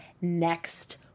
next